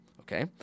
okay